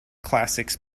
classics